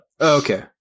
Okay